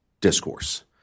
discourse